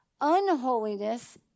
Unholiness